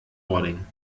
ording